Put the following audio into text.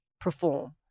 perform